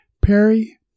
Perry